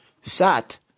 Sat